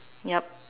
yup